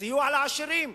סיוע לעשירים.